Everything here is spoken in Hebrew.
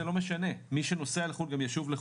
זה לא משנה, מי שנוסע לחו"ל גם ישוב מחו"ל,